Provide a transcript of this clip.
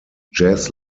jazz